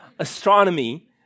astronomy